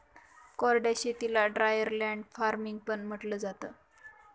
कोरड्या शेतीला dryer land farming पण म्हंटलं जातं